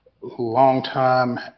longtime